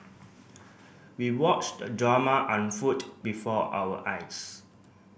we watched the drama unfold before our eyes